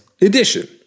edition